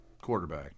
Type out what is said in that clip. Quarterback